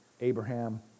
Abraham